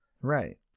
Right